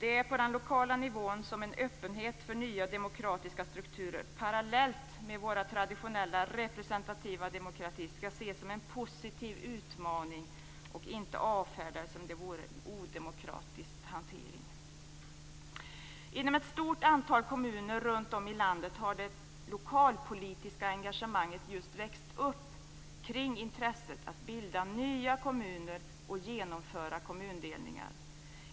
Det är på den lokala nivån som en öppenhet för nya demokratiska strukturer, parallellt med vår traditionella representativa demokrati, skall ses som en positiv utmaning; den skall inte avfärdas som vore det fråga om en odemokratisk hantering. I ett stort antal kommuner runtom i landet har det "lokalpolitiska engagemanget" just växt upp kring intresset för att bilda nya kommuner och genomföra kommundelningar.